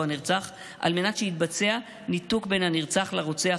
כדי שיתבצע ניתוק בין הנרצח לרוצח,